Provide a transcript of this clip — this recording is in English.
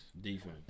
Defense